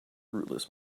rootless